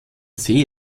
see